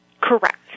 Correct